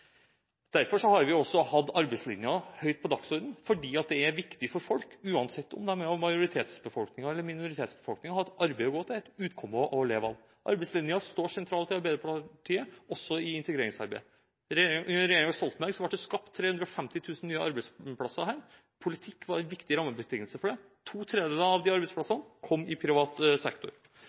har vi også hatt arbeidslinjen høyt på dagsordenen, fordi det er viktig for folk – uansett om de er av majoritetsbefolkningen eller minoritetsbefolkningen – å ha et arbeid å gå til og et utkomme å leve av. Arbeidslinjen står sentralt i Arbeiderpartiet, også i integreringsarbeidet. Under regjeringen Stoltenberg ble det skapt 350 000 nye arbeidsplasser. Politikk var en viktig rammebetingelse for det. To tredjedeler av de arbeidsplassene kom i privat sektor.